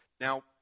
Now